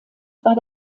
war